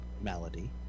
malady